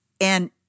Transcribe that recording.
And-